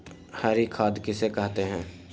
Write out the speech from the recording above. हरी खाद किसे कहते हैं?